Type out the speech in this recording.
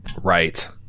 Right